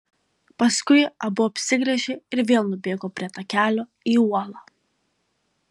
paskui abu apsigręžė ir vėl nubėgo prie takelio į uolą